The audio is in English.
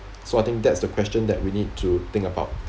so I think that's the question that we need to think about